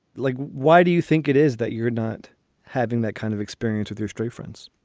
like, why do you think it is that you're not having that kind of experience with your street friends?